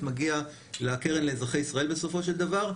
מגיע לקרן לאזרחי ישראל בסופו של דבר.